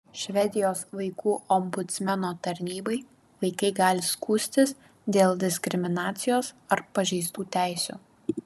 švedijos vaikų ombudsmeno tarnybai vaikai gali skųstis dėl diskriminacijos ar pažeistų teisių